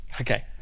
okay